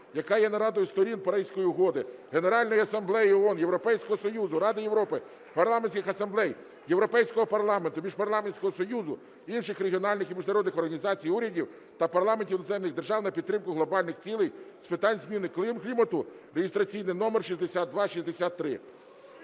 яка є нарадою Сторін Паризької угоди, Генеральної Асамблеї ООН, Європейського Союзу, Ради Європи, парламентських асамблей, Європейського парламенту, Міжпарламентського союзу, інших регіональних і міжнародних організацій, урядів та парламентів іноземних держав, на підтримку глобальних цілей з питань зміни клімату (реєстраційний номер 6263).